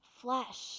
flesh